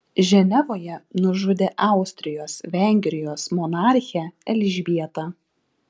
ženevoje nužudė austrijos vengrijos monarchę elžbietą